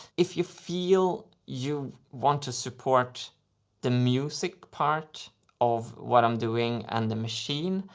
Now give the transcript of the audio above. if you feel you want to support the music part of what i'm doing and the machine,